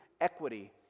equity